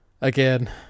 Again